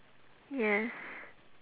yes